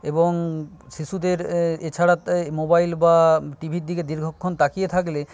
এবং শিশুদের এছাড়া মোবাইল বা টিভির দিকে দীর্ঘক্ষণ তাকিয়ে থাকলে